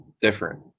different